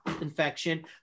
infection